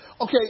okay